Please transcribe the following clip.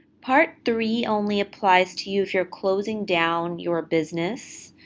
part three only applies to you if you're closing down your business,